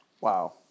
Wow